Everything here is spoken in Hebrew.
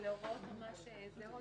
אלה הערות ממש זהות,